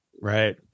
Right